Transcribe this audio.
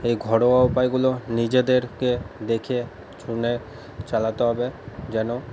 এই ঘরোয়া উপায়গুলো নিজেদেরকে দেখেশুনে চালাতে হবে যেন